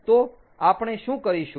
તો આપણે શું કરીશું